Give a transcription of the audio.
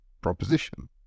proposition